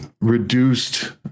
reduced